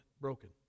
broken